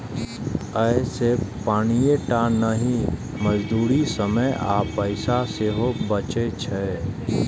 अय से पानिये टा नहि, मजदूरी, समय आ पैसा सेहो बचै छै